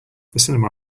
cinema